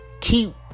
Keep